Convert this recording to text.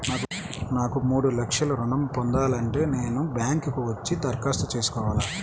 నాకు మూడు లక్షలు ఋణం ను పొందాలంటే నేను బ్యాంక్కి వచ్చి దరఖాస్తు చేసుకోవాలా?